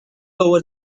over